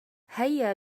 هيا